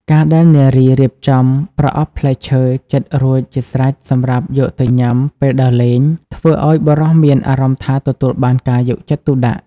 ការដែលនារីរៀបចំប្រអប់ផ្លែឈើចិតរួចជាស្រេចសម្រាប់យកទៅញ៉ាំពេលដើរលេង ធ្វើឱ្យបុរសមានអារម្មណ៍ថាទទួលបានការយកចិត្តទុកដាក់។